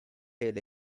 till